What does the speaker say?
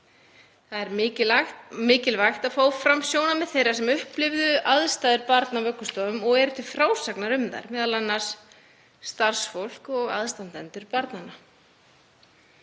Það er mikilvægt að fá fram sjónarmið þeirra sem upplifðu aðstæður barna á vöggustofum og eru til frásagnar um þær, m.a. starfsfólk og aðstandendur barnanna.